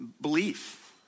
belief